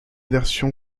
version